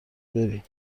بری